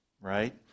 right